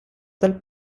dal